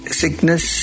sickness